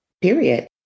period